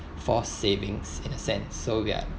forced savings in a sense so ya